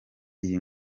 iyi